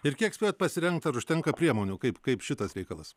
ir kiek spėjot pasirengt ar užtenka priemonių kaip kaip šitas reikalas